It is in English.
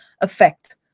effect